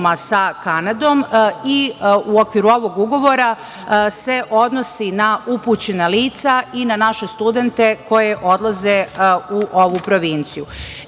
sa Kanadom i u okviru ovog ugovora se odnosi na upućena lica i na naše studente koji odlaze u ovu provinciju. Ovaj